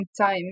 time